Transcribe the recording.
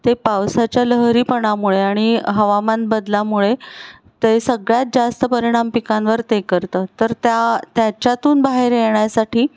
ते पावसाच्या लहरीपणामुळे आणि हवामान बदलामुळे ते सगळ्यात जास्त परिणाम पिकांवर ते करतं तर त्या त्याच्यातून बाहेर येण्यासाठी